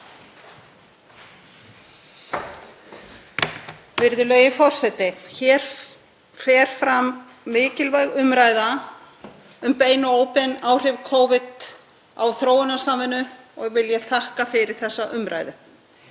Virðulegi forseti. Hér fer fram mikilvæg umræða um bein og óbein áhrif Covid á þróunarsamvinnu og vil ég þakka fyrir þá umræðu.